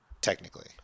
technically